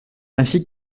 ainsi